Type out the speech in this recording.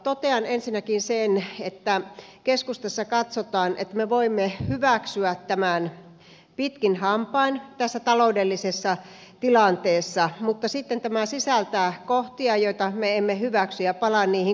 totean ensinnäkin sen että keskustassa katsotaan että me voimme hyväksyä tämän pitkin hampain tässä taloudellisessa tilanteessa mutta tämä sisältää kohtia joita me emme hyväksy ja palaan niihin kohta